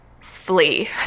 flee